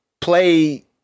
play